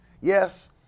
yes